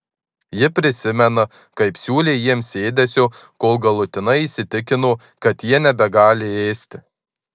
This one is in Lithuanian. ji prisimena kaip siūlė jiems ėdesio kol galutinai įsitikino kad jie nebegali ėsti